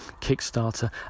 Kickstarter